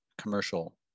commercial